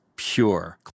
Pure